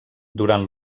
durant